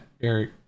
Eric